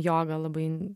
joga labai